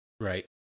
Right